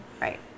Right